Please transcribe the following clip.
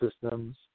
systems